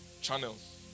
Channels